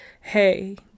Hey